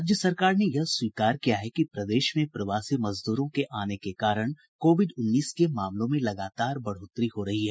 राज्य सरकार ने यह स्वीकार किया है कि प्रदेश में प्रवासी मजदूरों के आने के कारण कोविड उन्नीस के मामलों में लगातार बढ़ोतरी हो रही है